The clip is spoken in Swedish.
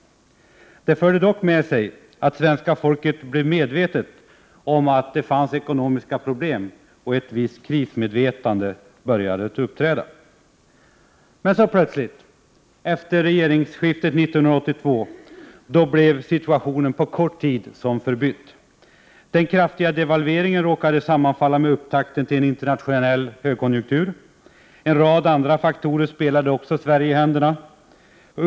Det förde dock med sig att svenska folket blev medvetet om att det fanns ekonomiska problem. Ett visst krismedvetande började framträda. Men plötsligt hände något! Efter regeringsskiftet 1982 blev situationen på kort tid som förbytt. Den kraftiga devalveringen råkade sammanfalla med upptakten till en internationell högkonjunktur. En rad andra faktorer spelade också Sverige i händerna.